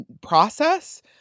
process